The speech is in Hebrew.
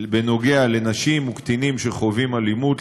בנוגע לנשים וקטינים שחווים אלימות,